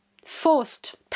forced